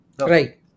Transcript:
Right